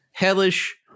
Hellish